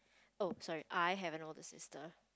oh sorry I have an older sister